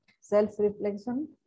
Self-reflection